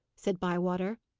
said bywater.